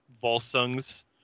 Volsungs